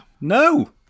No